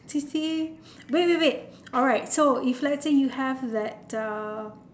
C_C_A wait wait wait alright so if let's say you have that a